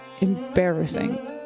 embarrassing